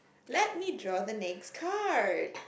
let me draw the next card